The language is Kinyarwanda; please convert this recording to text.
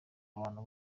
abantu